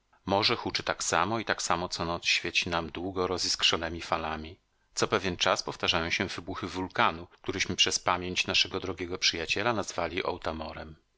morze huczy tak samo i tak samo co noc świeci nam długo roziskrzonemi falami co pewien czas powtarzają się wybuchy wulkanu któryśmy przez pamięć naszego drogiego przyjaciela nazwali